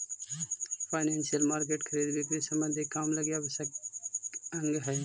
financial market खरीद बिक्री संबंधी काम लगी आवश्यक अंग हई